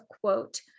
quote